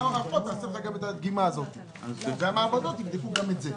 יש שם אחות והיא תיקח גם את הדגימה הזאת והמעבדות יבדקו גם את זה.